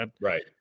Right